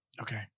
Okay